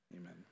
amen